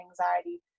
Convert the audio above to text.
anxiety